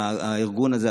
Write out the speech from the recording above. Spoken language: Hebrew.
הארגון הזה,